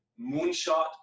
moonshot